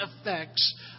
effects